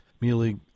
Mealy